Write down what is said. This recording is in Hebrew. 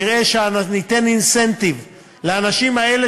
נראה שניתן אינסנטיב לאנשים האלה,